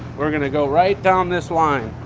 we're going to go right down this line.